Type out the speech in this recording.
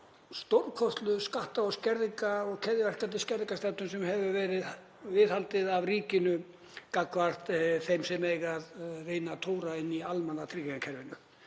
stórkostlegu skatta og skerðingar og keðjuverkandi skerðingarstefnu sem hefur verið viðhaldið af ríkinu gagnvart þeim sem eiga að reyna að tóra í almannatryggingakerfinu.